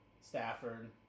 Stafford